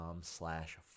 slash